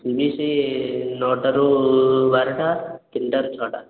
ନଅଟାରୁ ବାରଟା ତିନିଟାରୁ ଛଅଟା